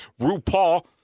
RuPaul